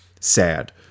sad